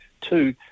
Two